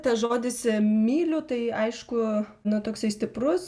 tas žodis myliu tai aišku na toksai stiprus